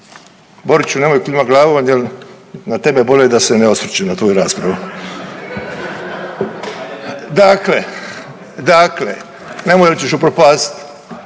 Boriću nemoj klimat glavom jel na tebe bolje da se ne osvrćem na tvoju raspravu. Dakle nemoj jer ćeš upropastit.